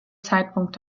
zeitpunkt